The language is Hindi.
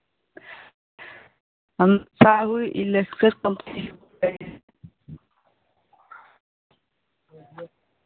हम से बोल रहे हैं